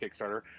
Kickstarter